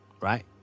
Right